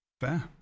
fair